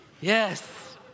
Yes